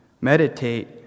Meditate